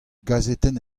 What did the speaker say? gazetenn